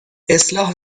اصلاح